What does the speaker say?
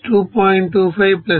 25 1